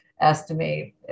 estimate